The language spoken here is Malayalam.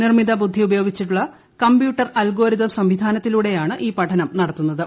നിർമ്മിത ബുദ്ധി ഉപയോഗിച്ചുള്ള കമ്പ്യൂട്ടർ അൽഗോരിതം സംവിധാനത്തിലൂടെയാണ് ഈ പഠനം നടത്തു ന്നത്